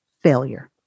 failure